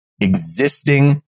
existing